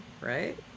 right